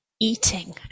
Eating